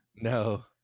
No